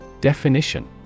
Definition